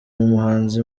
umuhanzi